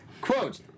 quote